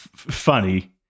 Funny